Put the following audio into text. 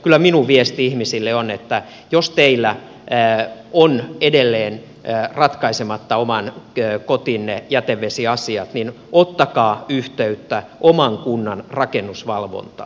kyllä minun viestini ihmisille on että jos teillä on edelleen ratkaisematta oman kotinne jätevesiasiat niin ottakaa yhteyttä oman kunnan rakennusvalvontaan